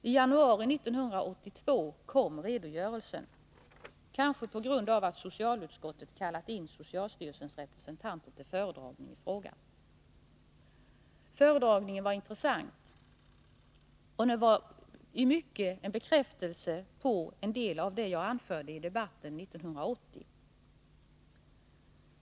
I januari 1982 kom redogörelsen, kanske på grund av att socialutskottet kallat in socialstyrelsens representanter till föredragning i frågan. Frågan var intressant och i mycket en bekräftelse på det jag anförde i debatten 1980.